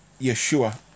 Yeshua